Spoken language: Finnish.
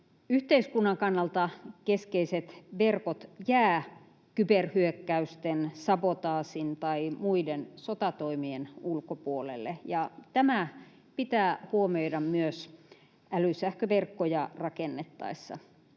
yhteiskunnan kannalta keskeiset verkot jää kyberhyökkäysten, sabotaasin tai muiden sotatoimien ulkopuolelle, ja tämä pitää huomioida myös älysähköverkkoja rakennettaessa.